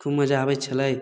खूब मजा आबय छलै